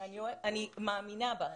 אני מאמינה בה.